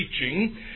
teaching